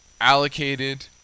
allocated